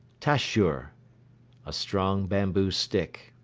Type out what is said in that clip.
tashur a strong bamboo stick.